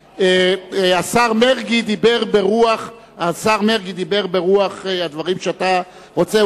השר מרגי דיבר ברוח הדברים שאתה רוצה.